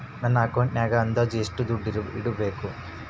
ನನ್ನ ಅಕೌಂಟಿನಾಗ ಅಂದಾಜು ಎಷ್ಟು ದುಡ್ಡು ಇಡಬೇಕಾ?